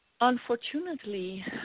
Unfortunately